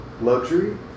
luxury